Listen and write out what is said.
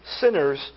sinners